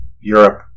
Europe